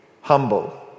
humble